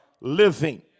living